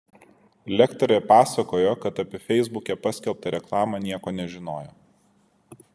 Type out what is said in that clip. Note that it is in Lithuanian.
lektorė pasakojo kad apie feisbuke paskelbtą reklamą nieko nežinojo